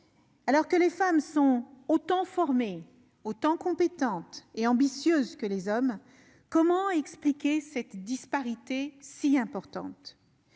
Alors que les femmes sont aussi formées, compétentes et ambitieuses que les hommes, comment expliquer cette disparité si importante ?